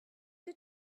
did